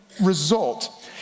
result